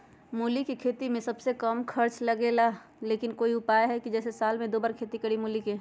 मूली के खेती में सबसे कम खर्च लगेला लेकिन कोई उपाय है कि जेसे साल में दो बार खेती करी मूली के?